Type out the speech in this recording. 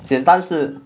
简单是